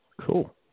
Cool